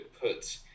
put